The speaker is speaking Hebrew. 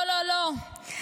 לא, לא, לא.